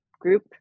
group